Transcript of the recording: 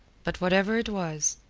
but whatever it was,